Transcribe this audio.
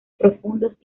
profundos